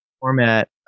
Format